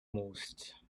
most